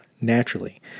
naturally